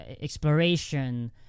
exploration